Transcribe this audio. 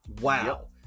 Wow